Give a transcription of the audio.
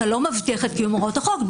אתה לא מבטיח את קיום הוראות החוק,